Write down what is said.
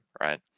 right